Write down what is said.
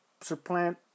supplant